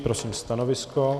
Prosím stanovisko.